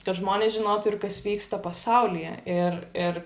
kad žmonės žinotų ir kas vyksta pasaulyje ir ir